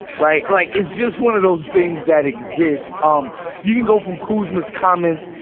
right? like it's just one of those things that exist. um you can go from cosmas comments.